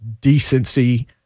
decency